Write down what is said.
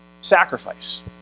Sacrifice